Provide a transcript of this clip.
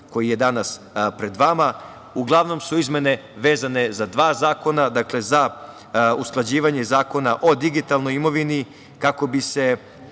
koji je danas pred vama. Uglavnom su izmene vezane za dva zakona. Dakle, za usklađivanje Zakona o digitalnoj imovini, kako bi se